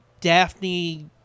Daphne